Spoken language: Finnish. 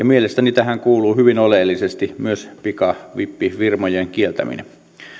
mielestäni tähän kuuluu hyvin oleellisesti myös pikavippifirmojen kieltäminen